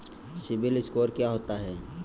CIBIL score क्या होता है?